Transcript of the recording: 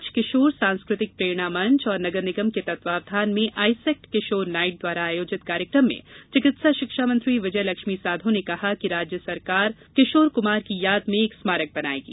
आज शाम किशोर सांस्कृतिक प्रेरणा मंच और नगर निगम के तत्वावधान में आईसेक्ट किशोर नाईट द्वारा आयोजित कार्यकम में चिकित्सा शिक्षा मंत्री विजय लक्ष्मी साधो ने कहा कि राज्य सरकार किशोर कुमार की याद में एक स्मारक बनायेगी